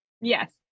Yes